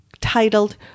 titled